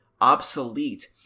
Obsolete